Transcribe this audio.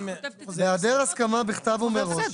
בהיעדר הסכמה בכתב ומראש.